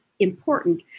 important